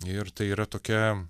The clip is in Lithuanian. ir tai yra tokia